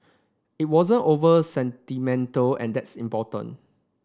it wasn't over sentimental and that's important